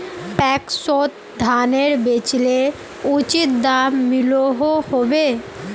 पैक्सोत धानेर बेचले उचित दाम मिलोहो होबे?